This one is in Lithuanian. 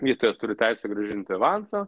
vystytojas turi teisę grąžinti avanso